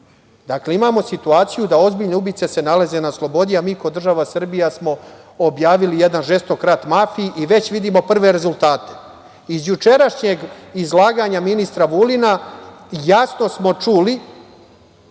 svetu. Dakle, imamo situaciju da ozbiljne ubice se nalaze na slobodi, a mi kao država Srbija smo objavili jedan žestok rat mafiji i već vidimo prve rezultate. Iz jučerašnjeg izlaganja ministra Vulina jasno smo čuli